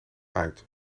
uit